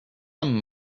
them